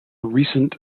recent